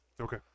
Okay